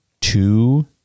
two